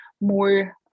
more